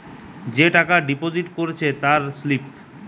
যে টাকা ডিপোজিট করেছে তার স্লিপ